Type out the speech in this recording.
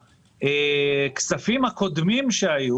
בכספים הקודמים שהיו